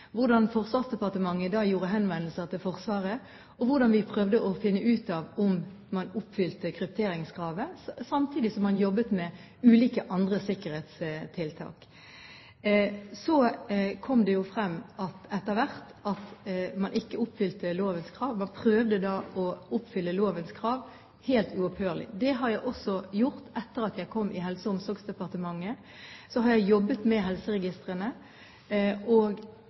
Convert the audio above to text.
man oppfylte krypteringskravet, samtidig som man jobbet med ulike andre sikkerhetstiltak. Så kom det etter hvert frem at man ikke oppfylte lovens krav. Man prøvde da å oppfylle lovens krav helt uopphørlig. Det har jeg også gjort. Etter at jeg kom i Helse- og omsorgsdepartementet, har jeg jobbet med helseregistrene og